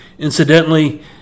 Incidentally